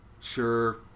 sure